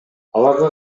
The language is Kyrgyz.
аларга